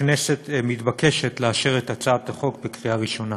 הכנסת מתבקשת לאשר את הצעת החוק בקריאה ראשונה.